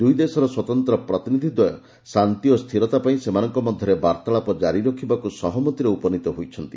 ଦୁଇ ଦେଶର ସ୍ୱତନ୍ତ୍ର ପ୍ରତିନିଧି ଦୃୟ ଶାନ୍ତି ଓ ସ୍ଥିରତା ପାଇଁ ସେମାନଙ୍କ ମଧ୍ୟରେ ବାର୍ତ୍ତାଳାପ ଜାରି ରଖିବାକୁ ସହମତିରେ ଉପନିତ ହୋଇଛନ୍ତି